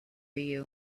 you